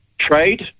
trade